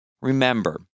remember